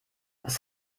was